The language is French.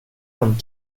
vingt